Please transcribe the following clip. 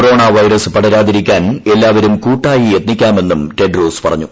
corona virus പടരാതിരിക്കാൻ എല്ലാവരും കൂട്ടായി യത്നിക്കാമെന്നും ടെഡ്രോസ് പറഞ്ഞു